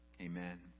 Amen